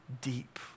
deep